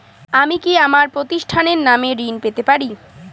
আমি কি আমার প্রতিষ্ঠানের নামে ঋণ পেতে পারি?